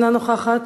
אינה נוכחת,